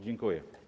Dziękuję.